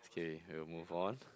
okay we'll move on